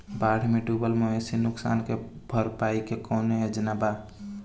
बाढ़ में डुबल मवेशी नुकसान के भरपाई के कौनो योजना वा?